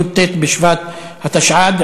י"ט בשבט התשע"ד,